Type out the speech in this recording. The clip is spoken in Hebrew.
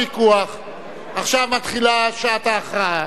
עכשיו מתחילה שעת ההכרעה.